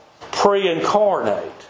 pre-incarnate